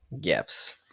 gifts